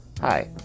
Hi